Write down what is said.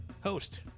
host